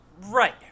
Right